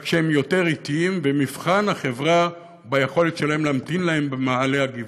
רק שהם יותר אטיים במבחן החברה וביכולת שלה להמתין להם במעלה הגבעה.